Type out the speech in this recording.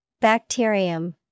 Bacterium